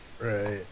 Right